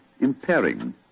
impairing